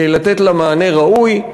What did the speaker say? לתת לה מענה ראוי.